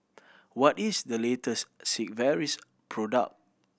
what is the latest Sigvaris product